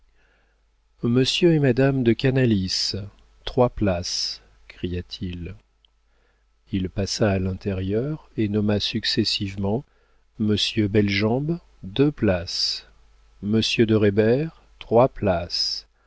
monsieur et madame de canalis trois places cria-t-il il passa à l'intérieur et nomma successivement monsieur bellejambe deux places monsieur de reybert trois places